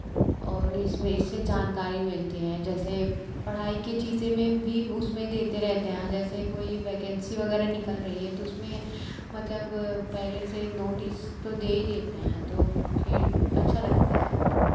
और इसमें इससे जानकारी मिलती है जैसे पढ़ाई की चीज़ें में भी उसमें देते रहते है जैसे कोई वैकेंसी वगैरह निकल रही है तो उसमें मतलब पहले से नोटिस तो दे ही देते हैं तो फिर अच्छा लगता है